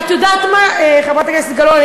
את יודעת מה, חברת הכנסת גלאון?